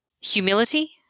Humility